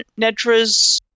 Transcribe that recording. Nedra's